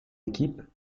équipes